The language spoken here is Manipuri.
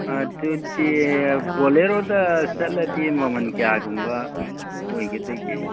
ꯑꯗꯨꯗꯤ ꯕꯣꯂꯦꯔꯣꯗ ꯆꯠꯂꯗꯤ ꯃꯃꯟ ꯀꯌꯥꯒꯨꯝꯕ ꯑꯣꯏꯒꯗꯒꯦ